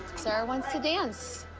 sarah wants to dance.